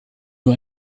nur